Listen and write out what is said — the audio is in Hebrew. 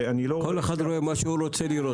ואני לא --- כל אחד רואה מה שהוא רוצה לראות.